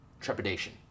trepidation